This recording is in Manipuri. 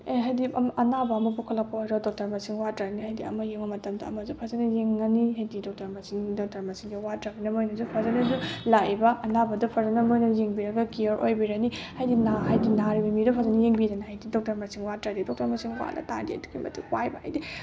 ꯑꯦ ꯍꯥꯏꯗꯤ ꯑꯅꯥꯕ ꯑꯃ ꯄꯨꯈꯠꯂꯛꯄ ꯑꯣꯏꯔꯣ ꯗꯣꯛꯇꯔ ꯃꯁꯤꯡ ꯋꯥꯠꯇ꯭ꯔꯕꯅꯤꯅ ꯍꯥꯏꯗꯤ ꯑꯃ ꯌꯦꯡꯕ ꯃꯇꯝꯗ ꯑꯃꯁꯨ ꯐꯖꯅ ꯌꯦꯡꯉꯅꯤ ꯍꯥꯏꯗꯤ ꯗꯣꯛꯇꯔ ꯃꯁꯤꯡ ꯗꯣꯛꯇꯔ ꯃꯁꯤꯡꯁꯦ ꯋꯥꯠꯇ꯭ꯔꯕꯅꯤꯅ ꯃꯣꯏꯅꯁꯨ ꯐꯖꯅ ꯑꯗꯨꯝ ꯂꯥꯛꯏꯕ ꯑꯅꯥꯕꯗꯨ ꯐꯖꯅ ꯃꯣꯏꯅ ꯌꯦꯡꯕꯤꯔꯒ ꯀꯤꯌꯣꯔ ꯑꯣꯏꯕꯤꯔꯅꯤ ꯍꯥꯏꯗꯤ ꯍꯥꯏꯗꯤ ꯅꯥꯔꯤꯕ ꯃꯤꯗꯣ ꯐꯖꯅ ꯌꯦꯡꯕꯤꯗꯅ ꯍꯥꯏꯗꯤ ꯗꯣꯛꯇꯔ ꯃꯁꯤꯡ ꯋꯥꯠꯇ꯭ꯔꯗꯤ ꯗꯣꯛꯇꯔ ꯃꯁꯤꯡ ꯋꯥꯠꯂ ꯇꯥꯔꯗꯤ ꯑꯗꯨꯛꯀꯤ ꯃꯇꯤꯛ ꯋꯥꯏꯑꯦꯕ ꯍꯥꯏꯗꯤ